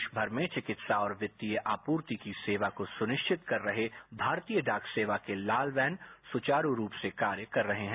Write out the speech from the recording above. देशभर में चिकित्सा और वित्तीय आपूर्ति की सेवा को सुनिश्चित कर रहे भारतीय डाक सेवा की लाल वैन सुचारू रूप से कार्य कर रहे हैं